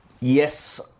yes